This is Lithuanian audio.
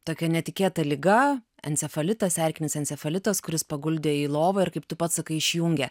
tokia netikėta liga encefalitas erkinis encefalitas kuris paguldė į lovą ir kaip tu pats sakai išjungė